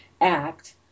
act